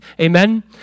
Amen